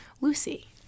lucy